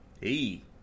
Hey